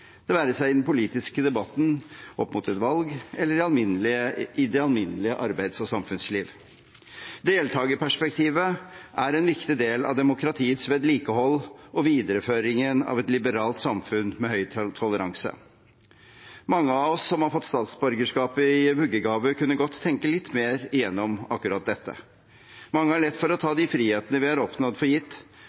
det være seg i den politiske debatten opp mot et valg eller i det alminnelige arbeids- og samfunnsliv. Deltagerperspektivet er en viktig del av demokratiets vedlikehold og videreføringen av et liberalt samfunn med høy toleranse. Mange av oss som har fått statsborgerskapet i vuggegave, kunne godt tenke litt mer igjennom akkurat dette. Mange har lett for å ta de frihetene vi har oppnådd, for gitt.